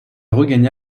regagna